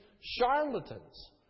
charlatans